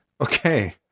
Okay